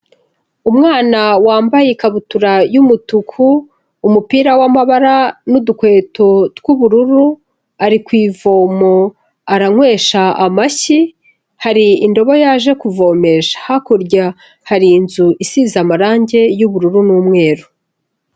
Umwana wambaye ikabutura y'umutuku, umupira w'amabara n'udukweto tw'ubururu, ari ku ivomo aranywesha amashyi, hari indobo yaje kuvomesha. Hakurya hari inzu isize amarangi y'ubururu n'umweru.